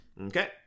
Okay